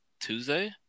Tuesday